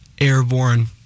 airborne